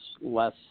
less